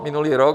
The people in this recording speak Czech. Minulý rok?